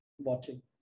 watching